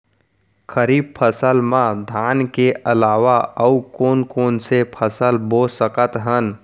खरीफ फसल मा धान के अलावा अऊ कोन कोन से फसल बो सकत हन?